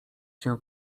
się